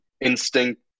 instinct